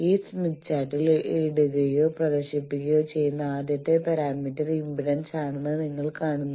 ഈ സ്മിത്ത് ചാർട്ടിൽ ഇടുകയോ പ്രദർശിപ്പിക്കുകയോ ചെയ്യുന്ന ആദ്യത്തെ പാരാമീറ്റർ ഇംപെഡൻസ് ആണെന്ന് നിങ്ങൾ കാണുന്നു